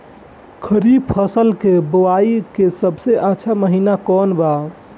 खरीफ फसल के बोआई के सबसे अच्छा महिना कौन बा?